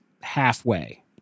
halfway